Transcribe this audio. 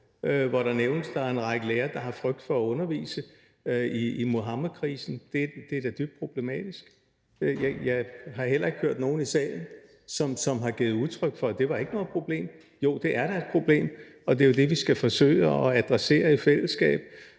hvor det nævnes, at der er en række lærere, der har frygt for at undervise i Muhammedkrisen. Det er da dybt problematisk. Jeg har heller ikke hørt nogen i salen give udtryk for, at det ikke var noget problem. Jo, det er da et problem, og det er jo det, vi skal forsøge at adressere i fællesskab.